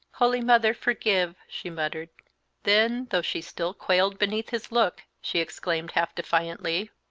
holy mother, forgive! she muttered then, though she still quailed beneath his look, she exclaimed, half defiantly,